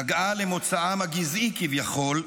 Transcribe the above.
נגעה למוצאם הגזעי, כביכול,